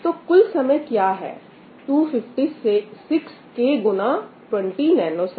तो कुल समय क्या है 256 K गुना 20ns